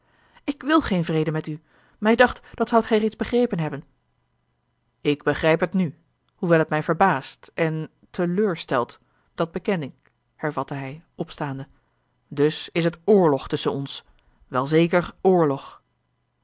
ik wil geen vrede met u mij dacht dat zoudt gij reeds begrepen hebben ik begrijp het nù hoewel het mij verbaast en teleurstelt dat beken ik hervatte hij opstaande dus is het oorlog tusschen ons wel zeker oorlog